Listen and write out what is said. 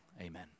amen